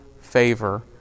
favor